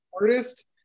artist